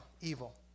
Evil